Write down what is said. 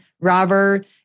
Robert